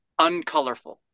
uncolorful